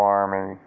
army